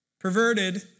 perverted